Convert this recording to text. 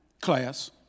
class